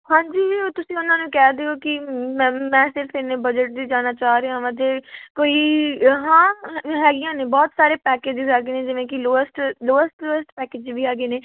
ਹਾਂਜੀ ਤੁਸੀਂ ਉਨ੍ਹਾਂ ਨੂੰ ਕਹਿ ਦਿਓ ਕਿ ਮੈਂ ਮੈਂ ਸਿਰਫ਼ ਇੰਨੇ ਬਜਟ 'ਚ ਜਾਣਾ ਚਾਹ ਰਿਹਾ ਹਾਂ ਜੇ ਕੋਈ ਹਾਂ ਹੈਗੀਆਂ ਨੇ ਬਹੁਤ ਸਾਰੇ ਪੈਕੇਜਸ ਹੈਗੇ ਨੇ ਜਿਵੇਂ ਕਿ ਲੋਐਸਟ ਲੋਐਸਟ ਪੈਕੇਜ ਵੀ ਹੈਗੇ ਨੇ